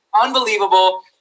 unbelievable